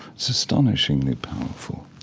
so astonishingly powerful,